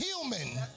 human